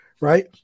right